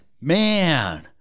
man